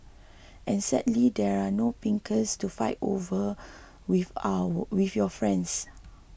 and sadly there are no pincers to fight over with our with your friends